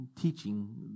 teaching